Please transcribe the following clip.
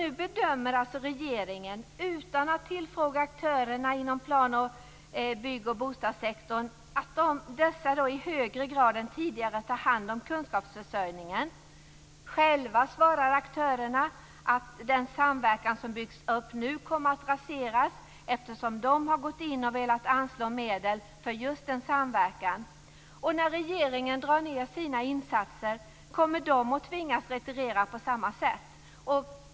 Nu bedömer regeringen, utan att tillfråga aktörerna inom plan-, bygg och bostadssektorn, att dessa i högre grad än tidigare tar hand om kunskapsförsörjningen. Själva svarar aktörerna att den samverkan som byggts upp kommer att raseras, eftersom de har gått in och velat anslå medel för just en samverkan. När regeringen drar ned sina insatser kommer de att tvingas att retirera på samma sätt.